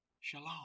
Shalom